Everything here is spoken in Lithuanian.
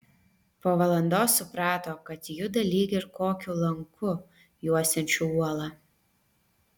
po valandos suprato kad juda lyg ir kokiu lanku juosiančiu uolą